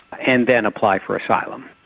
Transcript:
and then apply for asylum,